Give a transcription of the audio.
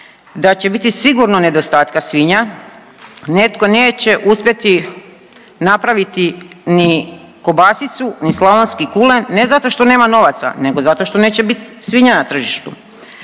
da će biti sigurno nedostatka svinja, netko neće uspjeti napraviti ni kobasicu ni slavonski kulen, ne zato što nema novaca, nego zato što neće biti svinja na tržištu.